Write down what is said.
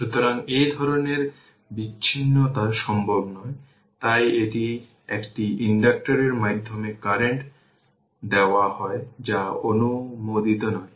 সুতরাং এই ধরণের বিচ্ছিন্নতা সম্ভব নয় তাই এটি একটি ইন্ডাকটর এর মাধ্যমে কারেন্ট দেওয়া হয় যা অনুমোদিত নয়